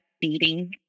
beating